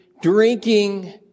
drinking